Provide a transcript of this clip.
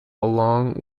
along